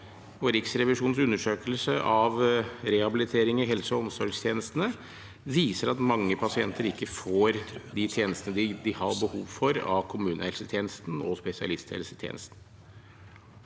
Riksrevisjonens undersøkelse av rehabilitering i helse- og omsorgstjenestene viser at mange pasienter ikke får de tjenestene de har behov for, av kommunehelsetjenesten og spesialisthelsetjenesten.